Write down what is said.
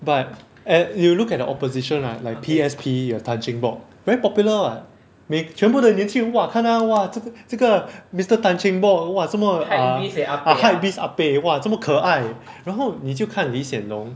but a~ you look at the opposition right like P_S_P you have tan cheng bock very popular what 每全部的年轻人哇看他哇这个 mister tan cheng bock 哇这么 uh ah hypebeast ah pek !wah! 这么可爱然后你就看 lee hsien loong